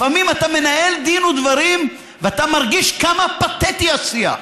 לפעמים אתה מנהל דין ודברים ואתה מרגיש כמה פתטי השיח,